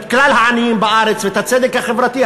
את כלל העניים בארץ ואת הצדק החברתי,